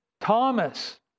Thomas